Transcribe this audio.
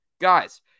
guys